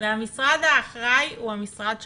והמשרד האחראי הוא המשרד שלכם.